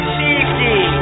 safety